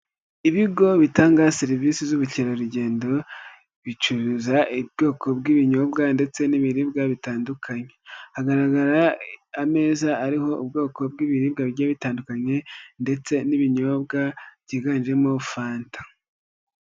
Ibigo bitanga serivisi z'ubukerarugendo bicuruza ubwoko bw'ibinyobwa ndetse n'ibiribwa bitandukanye, hagaragara ameza ariho ubwoko bw'ibiribwa bigiye bitandukanye ndetse n'ibinyobwa byiganjemo fanta.